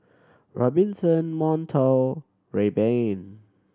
Robinson Monto Rayban